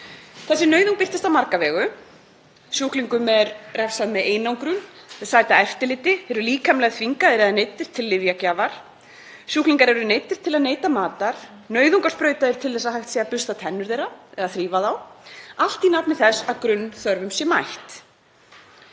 Þessi nauðung birtist á marga vegu. Sjúklingum er refsað með einangrun, þeir sæta eftirliti, þeir eru líkamlega þvingaðir eða neyddir til lyfjagjafar. Sjúklingar eru neyddir til að neyta matar, nauðungarsprautaðir til að hægt sé að bursta tennur þeirra eða þrífa þá, allt í nafni þess að grunnþörfum sé mætt.